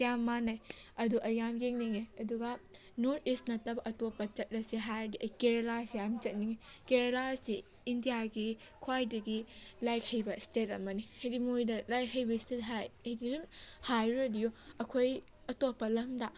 ꯃꯌꯥꯝ ꯃꯥꯟꯅꯩ ꯑꯗꯨ ꯑꯩ ꯌꯥꯝ ꯌꯦꯡꯅꯤꯡꯏ ꯑꯗꯨꯒ ꯅꯣꯔꯠ ꯏꯁ ꯅꯠꯇꯕ ꯑꯇꯣꯞꯄ ꯆꯠꯂꯁꯤ ꯍꯥꯏꯔꯗꯤ ꯑꯩ ꯀꯦꯔꯜꯂꯥꯁꯤ ꯌꯥꯝ ꯆꯠꯅꯤꯡꯉꯤ ꯀꯦꯔꯜꯂꯥ ꯑꯁꯤ ꯏꯟꯗꯤꯌꯥꯒꯤ ꯈ꯭ꯋꯥꯏꯗꯒꯤ ꯂꯥꯏꯔꯤꯛ ꯍꯩꯕ ꯁꯇꯦꯠ ꯑꯃꯅꯤ ꯍꯥꯏꯗꯤ ꯃꯣꯏꯗ ꯂꯥꯏꯔꯤꯛ ꯍꯩꯕ ꯁꯇꯦꯠ ꯍꯥꯏꯗꯤ ꯁꯨꯝ ꯍꯥꯏꯔꯨꯔꯗꯤ ꯑꯩꯈꯣꯏ ꯑꯇꯣꯞꯄ ꯂꯝꯗ